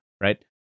right